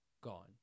gone